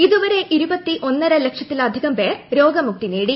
ഇതുവരെ ഇരുപത്തി ഒന്നര ലക്ഷത്തിലധികം പേർ രോഗമുക്തി നേടി